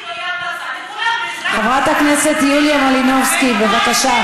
לכולם, חברת הכנסת יוליה מלינובסקי, בבקשה.